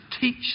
teach